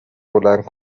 بلند